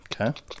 Okay